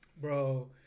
Bro